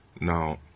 Now